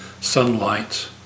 sunlight